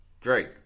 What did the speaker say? Drake